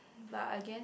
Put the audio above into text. but I guess